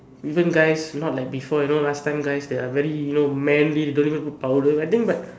even guys not like before you know last time guys they are very manly don't even put powder I think but